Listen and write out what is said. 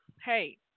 hey